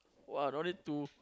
!wah! don't need to